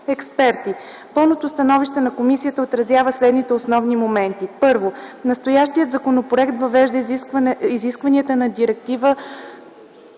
експерти. Пълното становище на комисията отразява следните основни моменти: I. Настоящият законопроект въвежда изискванията на Директива